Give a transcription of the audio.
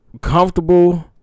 comfortable